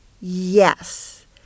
Yes